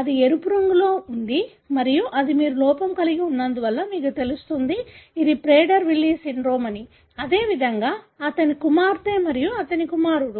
అది ఎరుపు రంగులో ఉంది మరియు అది మీరు లోపం కలిగి ఉన్నందున మీకు తెలుస్తుంది ఇది ప్రేడర్ విల్లీ సిండ్రోమ్ అని అదేవిధంగా అతని కుమార్తె మరియు అతని కుమారుడు